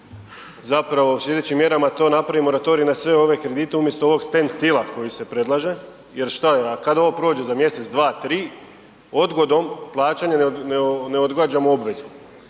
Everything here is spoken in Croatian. zapravo, u slijedećim mjerama to napravi moratorij na sve ove kredite umjesto ovog stand stila koji se predlaže jer šta je? Kad ovo prođe za mjesec, dva, tri, odgodom plaćanja ne odgađamo obvezu.